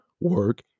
work